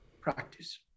practice